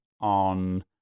on